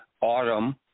autumn